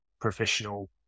professional